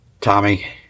Tommy